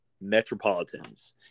Metropolitans